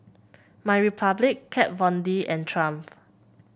MyRepublic Kat Von D and Triumph